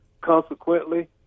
consequently